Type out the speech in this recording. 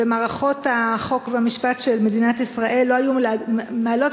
ומערכות החוק והמשפט של מדינת ישראל לא היו מעלות